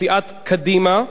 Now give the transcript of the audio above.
בסיעת קדימה,